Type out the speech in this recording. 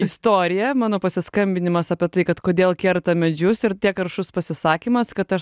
istoriją mano pasiskambinimas apie tai kad kodėl kerta medžius ir tiek aršus pasisakymas kad aš